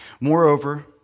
moreover